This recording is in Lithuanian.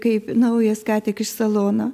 kaip naujas ką tik iš salono